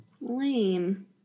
Lame